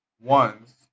ones